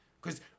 Cause